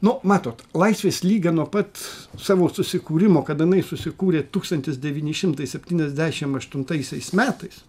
nu matot laisvės lyga nuo pat savo susikūrimo kada jinai susikūrė tūkstantis devyni šimtai septyniasdešim aštuntaisiais metais